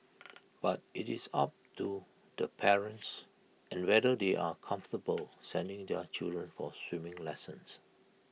but IT is up to the parents and whether they are comfortable sending their children for swimming lessons